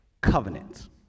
covenants